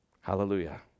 Hallelujah